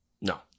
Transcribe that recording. No